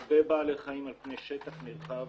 הרבה בעלי חיים על פני שטח נרחב.